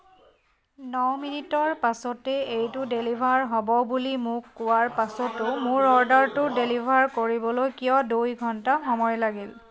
ন মিনিটৰ পাছতে এইটো ডেলিভাৰ হ'ব বুলি মোক কোৱাৰ পাছতো মোৰ অৰ্ডাৰটো ডেলিভাৰ কৰিবলৈ কিয় দুইঘণ্টা সময় লাগিল